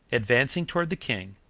advancing toward the king,